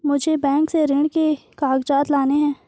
मुझे बैंक से ऋण के कागजात लाने हैं